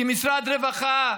כמשרד רווחה,